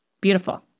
beautiful